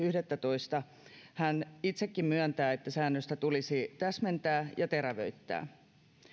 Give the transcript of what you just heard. yhdettätoista hän itsekin myöntää että säännöstä tulisi täsmentää ja terävöittää